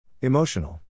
Emotional